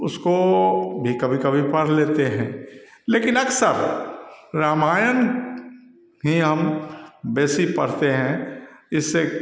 उसको भी कभी कभी पढ़ लेते हैं लेकिन अक्सर रामायण ही हम बेसिक पढ़ते हैं इससे